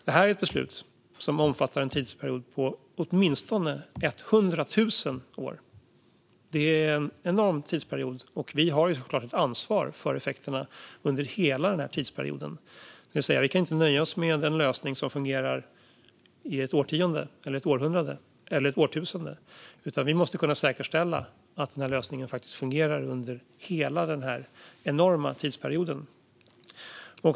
Detta är ett beslut som omfattar en tidsperiod på åtminstone hundra tusen år. Det är en enorm tidsperiod, och vi har såklart ett ansvar för effekterna under hela denna tidsperiod. Vi kan alltså inte nöja oss med en lösning som fungerar i ett årtionde, ett århundrade eller ett årtusende, utan vi måste kunna säkerställa att denna lösning faktiskt fungerar under hela denna enorma tidsperiod.